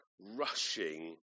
rushing